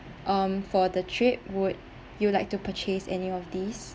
um for the trip would you like to purchase any of these